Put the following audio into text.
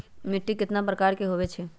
मिट्टी कतना प्रकार के होवैछे?